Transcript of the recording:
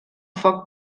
foc